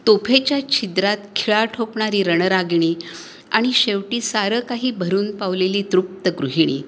तोफेच्या छिद्रात खिळा ठोकणारी रणरागिणी आणि शेवटी सारं काही भरून पावलेली तृप्त गृहिणी